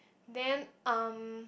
then um